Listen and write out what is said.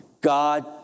God